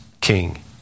King